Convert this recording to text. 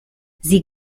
sie